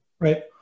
right